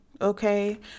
Okay